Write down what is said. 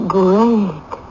great